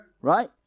Right